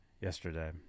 yesterday